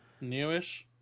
newish